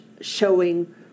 showing